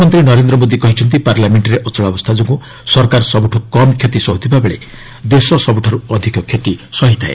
ପ୍ରଧାନମନ୍ତ୍ରୀ ନରେନ୍ଦ୍ର ମୋଦି କହିଛନ୍ତି ପାର୍ଲାମେଣ୍ଟରେ ଅଚଳାବସ୍ଥା ଯୋଗୁଁ ସରକାର ସବୁଠୁ କମ୍ କ୍ଷତି ସହୁଥିବାବେଳେ ଦେଶ ସବୂଠାର୍ ଅଧିକ କ୍ଷତି ସହିଥାଏ